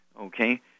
okay